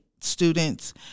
students